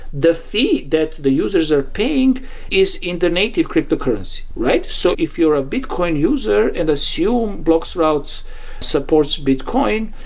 the fee that the users are paying is in the native cryptocurrency, right? so if you're a bitcoin user and assume bloxroute supports bitcoin,